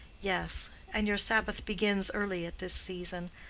yes and your sabbath begins early at this season.